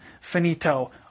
Finito